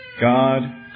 God